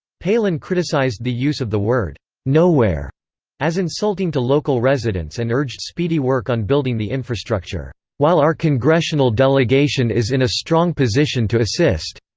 palin criticized the use of the word nowhere as insulting to local residents and urged speedy work on building the infrastructure while our congressional delegation is in a strong position to assist.